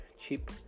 cheap